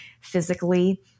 physically